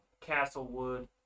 Castlewood